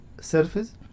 surface